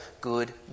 good